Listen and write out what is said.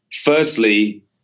Firstly